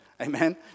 Amen